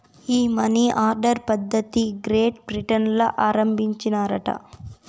ఈ money order పద్ధతిది Great Britain ల ఆరంబించినారట